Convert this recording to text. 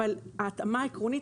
אבל יש את ההתאמה העקרונית.